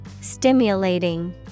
Stimulating